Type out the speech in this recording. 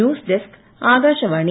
news desk Akashvani